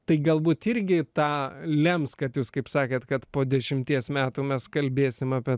tai galbūt irgi tą lems kad jūs kaip sakėt kad po dešimties metų mes kalbėsim apie